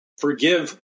Forgive